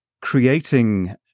creating